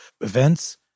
events